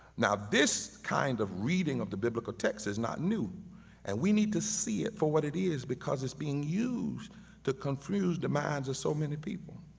now, this kind of reading of the biblical text is not new and we need to see it for what it is because it's being used to confuse the minds of so many people.